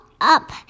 up